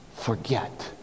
forget